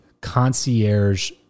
concierge